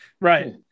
Right